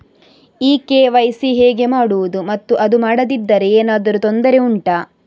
ಈ ಕೆ.ವೈ.ಸಿ ಹೇಗೆ ಮಾಡುವುದು ಮತ್ತು ಅದು ಮಾಡದಿದ್ದರೆ ಏನಾದರೂ ತೊಂದರೆ ಉಂಟಾ